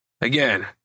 Again